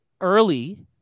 early